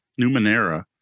Numenera